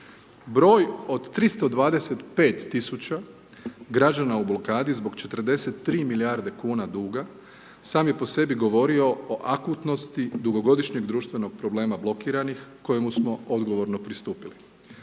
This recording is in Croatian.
Broj od 325 000 građana u blokadi zbog 43 milijarde kuna duga sami po sebi govorio o akutnosti dugogodišnjeg društvenog problema blokiranih kojemu smo odgovorno pristupili.